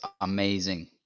amazing